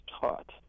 taught